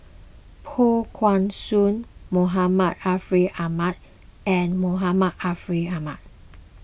Poh Kay Swee Muhammad Ariff Ahmad and Muhammad Ariff Ahmad